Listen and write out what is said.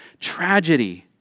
tragedy